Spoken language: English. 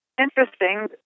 Interesting